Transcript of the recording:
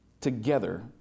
together